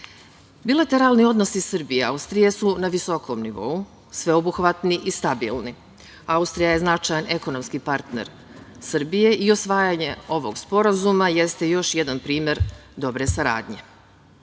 uspešnija. Bilateralni odnosi Srbije i Austrije su na visokom nivou, sveobuhvatni i stabilni. Austrija je značajan ekonomski partner Srbije i usvajanje ovog sporazuma jeste još jedan primer dobre saradnje. Danas,